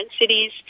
cities